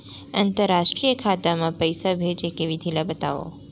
अंतरराष्ट्रीय खाता मा पइसा भेजे के विधि ला बतावव?